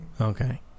Okay